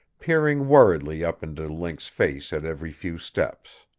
peering worriedly up into link's face at every few steps.